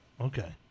Okay